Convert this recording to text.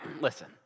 listen